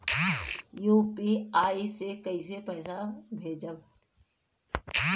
UPI से कईसे पैसा भेजब?